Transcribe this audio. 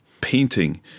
painting